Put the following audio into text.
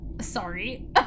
sorry